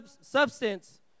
substance